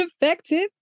effective